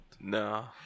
No